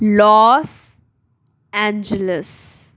Los Angeles